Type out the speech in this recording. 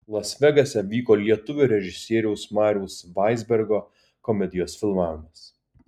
las vegase vyko lietuvio režisieriaus mariaus vaizbergo komedijos filmavimas